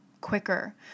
quicker